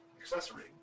accessory